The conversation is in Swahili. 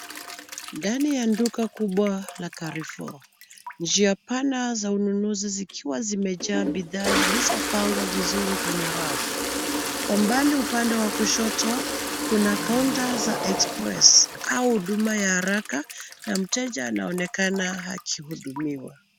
Ndani ya duka kubwa la carrefour. Njia pana za ununuzi zikiwa zimejaa bidhaa zilizopangwa vizuri kwenye rafu. Kwa mbali upande wa kushoto kuna counter za express au huduma ya haraka na mteja anaonekana akihudumiwa.